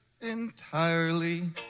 entirely